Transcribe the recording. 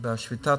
בשביתת